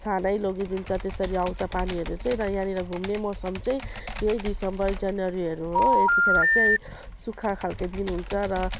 छानै लगिदिन्छ त्यसरी आउँछ पानीहरू चाहिँ र यहाँनेर घुम्ने मौसम चाहिँ यही डिसेम्बर जनवरीहरू हो यतिखेर चाहिँ सुक्खा खाले दिन हुन्छ र